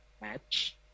match